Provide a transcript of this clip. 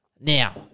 Now